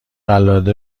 قلاده